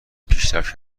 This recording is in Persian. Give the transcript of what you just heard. پیشرفت